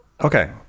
Okay